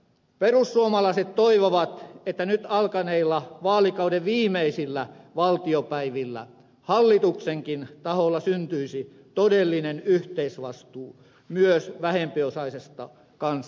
perussuomalaiset toivovat että nyt alkaneilla vaalikauden viimeisillä valtiopäivillä hallituksenkin taholla syntyisi todellinen yhteisvastuu myös vähempiosaisesta kansanosasta